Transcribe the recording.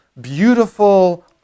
beautiful